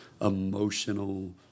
emotional